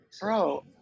Bro